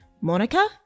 Monica